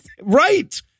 Right